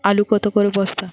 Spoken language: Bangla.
আলু কত করে বস্তা?